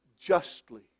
justly